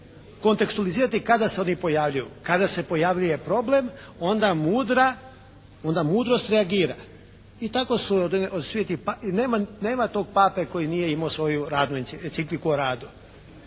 kontekstuilizirati kada se oni pojavljuju, kada se pojavljuje problem onda mudrost reagira i tako su svi ti i nema tog pape koji nije imao svoju radnu, encikliku o radu.